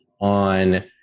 on